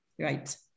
right